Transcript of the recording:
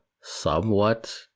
somewhat